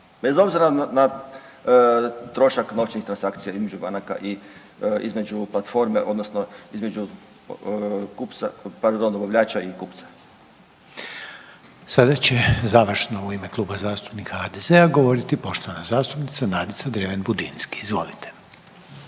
bez obzira na trošak novčanih transakcija između banaka i između platforme odnosno između kupca pardon dobavljača i kupca. **Reiner, Željko (HDZ)** Sada će završno u ime Kluba zastupnika HDZ-a govoriti poštovana zastupnica Nadica Dreven Budinski, izvolite.